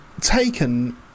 taken